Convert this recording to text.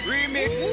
Remix